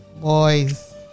Boys